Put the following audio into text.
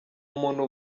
umuntu